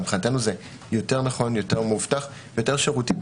מבחינתנו זה יותר נכון, מאובטח יותר ויותר שירותי.